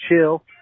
chill